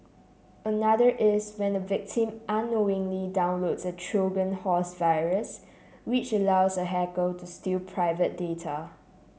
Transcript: another is when a victim unknowingly downloads a Trojan horse virus which allows a hacker to steal private data